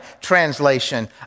translation